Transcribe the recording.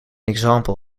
example